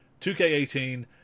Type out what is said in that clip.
2k18